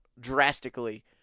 drastically